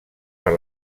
per